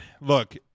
look